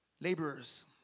Laborers